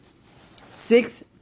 Six